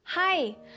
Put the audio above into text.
Hi